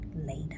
later